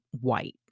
white